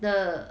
的